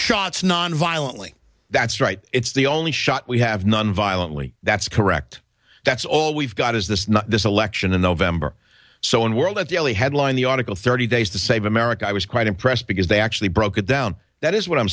shots nonviolently that's right it's the only shot we have nonviolently that's correct that's all we've got is this this election in november so in world at the early headline the article thirty days to save america i was quite impressed because they actually broke it down that is what i'm